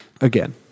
again